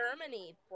Germany